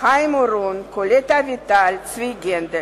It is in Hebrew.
חיים אורון, קולט אביטל וצבי הנדל.